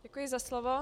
Děkuji za slovo.